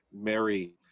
Mary